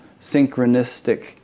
synchronistic